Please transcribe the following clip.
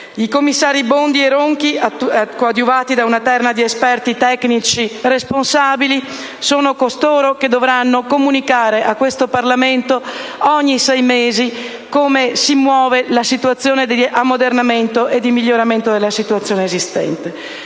I commissari Bondi e Ronchi, coadiuvati da una terna di esperti tecnici responsabili, sono coloro che dovranno comunicare a questo Parlamento, ogni sei mesi, come si muove la situazione di ammodernamento e di miglioramento della situazione esistente.